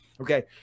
Okay